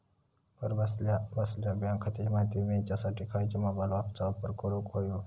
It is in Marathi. घरा बसल्या बसल्या बँक खात्याची माहिती मिळाच्यासाठी खायच्या मोबाईल ॲपाचो वापर करूक होयो?